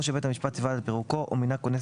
או שבית המשפט ציווה על פירוקו או מינה כונס